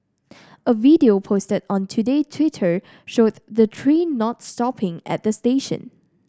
a video posted on Today Twitter showed the train not stopping at the station